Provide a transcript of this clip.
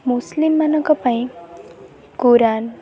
ମୁସଲିମମାନଙ୍କ ପାଇଁ କୁରାନ୍